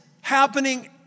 happening